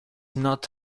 not